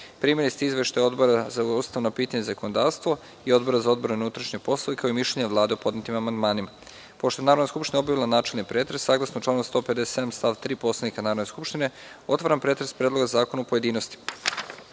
ste izveštaje Odbora za ustavna pitanja i zakonodavstvo i Odbora za odbranu i unutrašnje poslove, kao i mišljenje Vlade o podnetim amandmanima. Pošto je Narodna skupština obavila načelni pretres, saglasno članu 157. stav 3. Poslovnika Narodne skupštine, otvaram pretres Predloga zakona u pojedinostima. Na